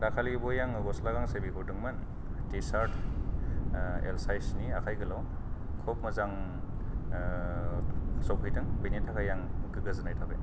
दाखालि बावयै आङो गस्ला गांसे बिहरदोंमोन टिसिर्ट एल साइजनि आखाय गोलाव खुब मोजां सफैदों बेनि थाखाय आं गोजोननाय थाबाय